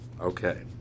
Okay